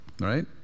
Right